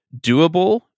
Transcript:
doable